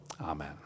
Amen